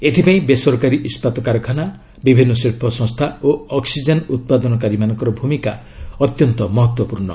ଏଥିପାଇଁ ବେସରକାରୀ ଇସ୍କାତ କାରଖାନା ବିଭିନ୍ନ ଶିଳ୍ପ ସଂସ୍ଥା ଓ ଅକ୍କିଜେନ୍ ଉତ୍ପାଦନକାରୀମାନଙ୍କର ଭୂମିକା ଅତ୍ୟନ୍ତ ମହତ୍ୱପୂର୍ଣ୍ଣ